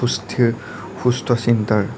সুস্থিৰ সুস্থ চিন্তাৰ